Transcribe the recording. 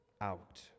out